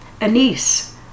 Anise